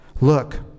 Look